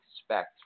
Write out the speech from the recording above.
expect